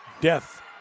Death